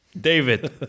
David